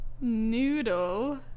Noodle